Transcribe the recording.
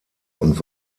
und